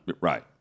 Right